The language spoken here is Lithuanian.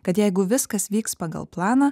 kad jeigu viskas vyks pagal planą